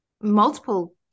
multiple